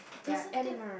doesn't that